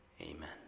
Amen